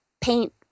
paint